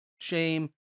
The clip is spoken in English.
shame